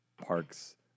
Park's